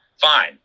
Fine